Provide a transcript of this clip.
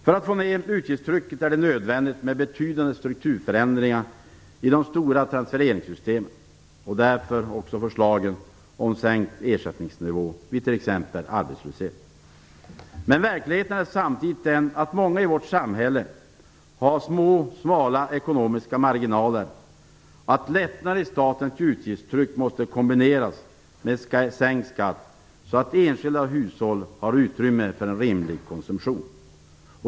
För att få ner utgiftstrycket är det nödvändigt med betydande strukturförändringar i de stora transfereringssystemen, därav förslagen om sänkt ersättningsnivå vid t.ex. arbetslöshet. Men verkligheten är samtidigt den, att många i vårt samhälle har så smala ekonomiska marginaler att lättnader i statens utgiftstryck måste kombineras med sänkt skatt så att enskilda hushåll har utrymme för en rimlig konsumtion.